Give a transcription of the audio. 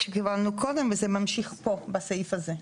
שקיבלנו קודם וזה ממשיך פה בסעיף הזה.